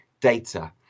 data